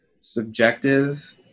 subjective